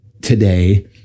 today